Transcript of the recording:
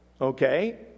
okay